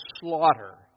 slaughter